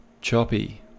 choppy